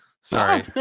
Sorry